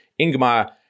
Ingmar